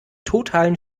totalen